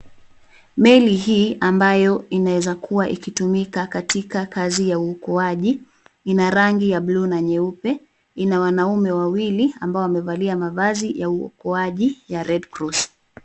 Meli hii ambayo inaeza kuwa ikitumika katika kazi ya uokoaji. Ina rangi ya blue na nyeupe. Ina wanaume wawili ambao wamevalia mavazi ya uokoaji ya Red Cross.